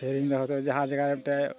ᱥᱮᱮᱨᱤᱧ ᱫᱚ ᱦᱳᱭᱛᱚ ᱡᱟᱦᱟᱸ ᱡᱟᱭᱜᱟ ᱨᱮ ᱢᱤᱫᱴᱟᱝ